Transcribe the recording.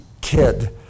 kid